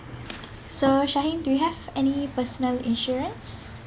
so shahin do you have any personal insurance